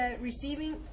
receiving